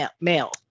male